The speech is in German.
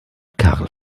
karl